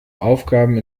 aufgaben